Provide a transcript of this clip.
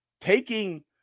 taking